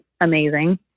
amazing